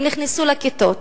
הם נכנסו לכיתות,